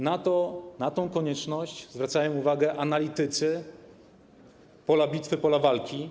Na tę konieczność zwracają uwagę analitycy pola bitwy, pola walki.